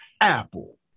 Apple